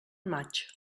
maig